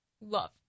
love